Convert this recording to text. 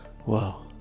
Whoa